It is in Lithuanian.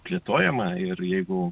plėtojama ir jeigu